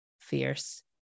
fierce